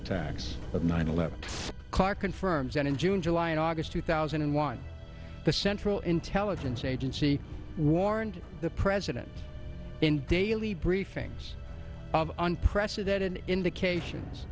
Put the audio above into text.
attacks of nine eleven confirms that in june july and august two thousand and one the central intelligence agency warned the president in daily briefings unprecedented indications